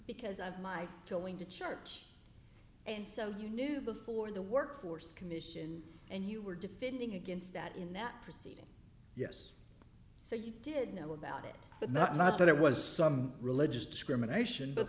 because of my killing to charts and so you knew before the workforce commission and you were defending against that in that proceeding yes so you did know about it but not not that it was some religious discrimination but